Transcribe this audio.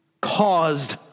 caused